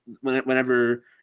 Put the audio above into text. whenever